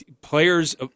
players